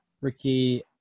Ricky